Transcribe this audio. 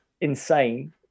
insane